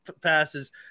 passes